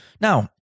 Now